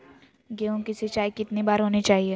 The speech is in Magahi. गेहु की सिंचाई कितनी बार होनी चाहिए?